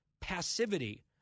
passivity